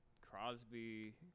Crosby